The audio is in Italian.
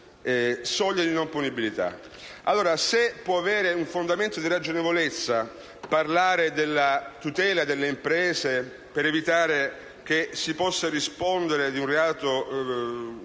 soglie di non punibilità. Se può avere un fondamento di ragionevolezza parlare della tutela delle imprese per evitare che si possa rispondere di un reato